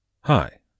Hi